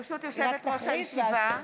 ברשות יושבת-ראש הישיבה,